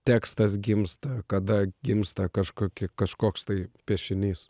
tekstas gimsta kada gimsta kažkokie kažkoks tai piešinys